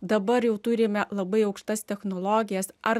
dabar jau turime labai aukštas technologijas ar